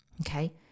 Okay